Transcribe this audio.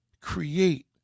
create